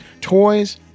toys